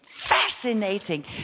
Fascinating